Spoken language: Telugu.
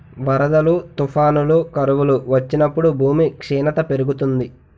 వరదలు, తుఫానులు, కరువులు వచ్చినప్పుడు భూమి క్షీణత పెరుగుతుంది